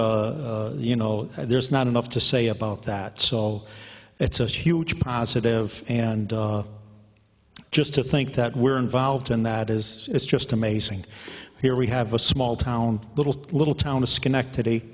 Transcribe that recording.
think you know there's not enough to say about that so it's a huge positive and just to think that we're involved in that is it's just amazing here we have a small town little little town schenectady